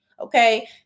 okay